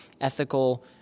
ethical